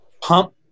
pump